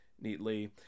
neatly